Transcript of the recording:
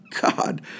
God